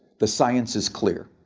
the science is clear.